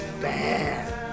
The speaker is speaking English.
bad